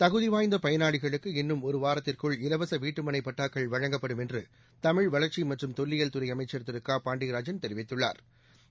தகுதிவாய்ந்த பயனாளிகளுக்கு இன்னும் ஒரு வாரத்திற்குள் இலவச வீட்டுமனை பட்டாக்கள் வழங்கப்படும் என்று தமிழ் வளர்ச்சி மற்றும் தொல்லியல் துறை அமைச்சள் திரு க பாண்டியராஜன் தெரிவித்துள்ளா்